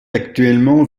actuellement